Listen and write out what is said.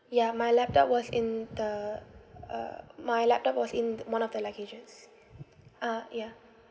ya my laptop was in the uh my laptop was in the one of the luggages ah yeah